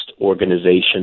organization